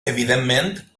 evidentment